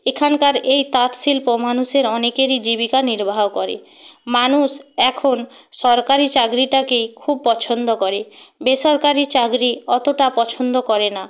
এখানকার এই তাঁত শিল্প মানুষের অনেকেরই জীবিকা নির্বাহ করে মানুষ এখন সরকারি চাকরিটাকেই খুব পছন্দ করে বেসরকারি চাকরি অতটা পছন্দ করে না